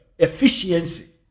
efficiency